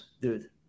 dude